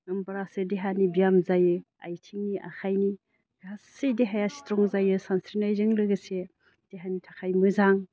होनब्लासो देहानि बियाम जायो आथिंनि आखाइनि गासै देहाया स्ट्रं जायो सानस्रिनायजों लोगोसे देहानि थाखाय मोजां